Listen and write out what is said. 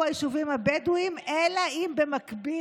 היישובים הבדואיים אלא אם כן במקביל,